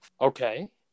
Okay